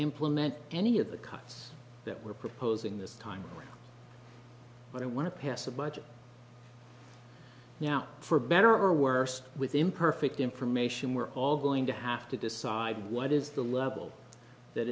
implement any of the cuts that we're proposing this time but i want to pass a budget now for better or worse with imperfect information we're all going to have to decide what is the level that